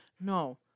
No